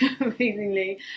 amazingly